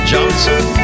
Johnson